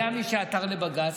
היה מי שעתר לבג"ץ,